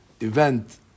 event